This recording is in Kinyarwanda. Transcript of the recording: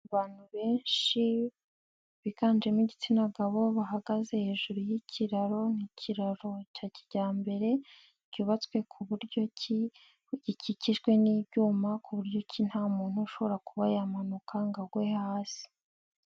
Abantu benshi biganjemo igitsina gabo bahagaze hejuru y'ikiraro, n'ikiraro cya kijyambere cyubatswe ku buryo ki gikikijwe n'ibyuma ku buryo ki nta muntu ushobora kuba yamanuka ngo agwe hasi.